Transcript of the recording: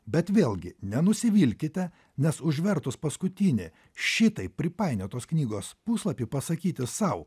bet vėlgi nenusivilkite nes užvertus paskutinį šitaip pripainiotos knygos puslapį pasakyti sau